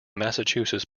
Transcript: massachusetts